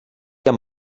amb